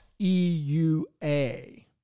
EUA